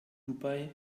dubai